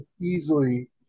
easily